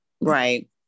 Right